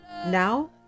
now